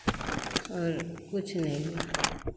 और कुछ नहीं